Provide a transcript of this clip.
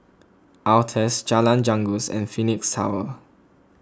Altez Jalan Janggus and Phoenix Tower